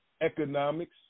economics